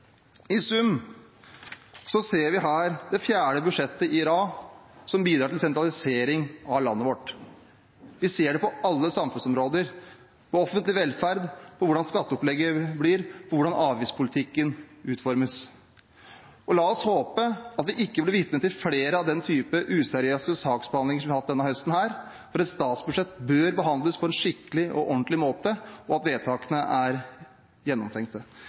I sum ser vi her det fjerde budsjettet på rad som bidrar til sentralisering av landet vårt. Vi ser det på alle samfunnsområder: når det gjelder offentlig velferd, hvordan skatteopplegget blir, og hvordan avgiftspolitikken utformes. La oss håpe at vi ikke blir vitne til flere av den typen useriøs saksbehandling vi har hatt denne høsten, for et statsbudsjett bør behandles på en skikkelig og ordentlig måte, og vedtakene bør være gjennomtenkte.